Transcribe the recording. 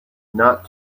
not